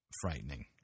Frightening